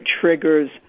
triggers